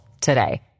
today